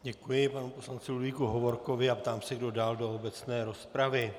Děkuji panu poslanci Ludvíku Hovorkovi a ptám se, kdo dál do obecné rozpravy.